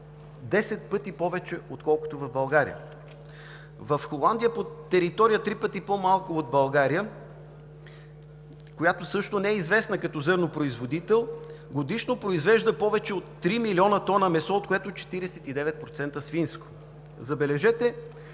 10 пъти повече, отколкото в България. Холандия по територия е три пъти по-малка от България, която също не е известна като зърнопроизводител, годишно произвежда повече от 3 млн. тона месо, от което 49% свинско. Забележете,